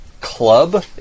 club